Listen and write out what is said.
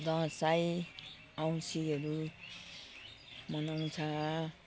दसैँ औँसीहरू मनाउँछ